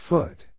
foot